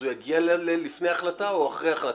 אז הוא יגיע לפני החלטה או אחרי ההחלטה?